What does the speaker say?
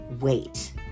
wait